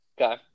Okay